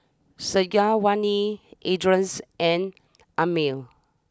Syazwani Idris and Ammir